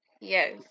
Yes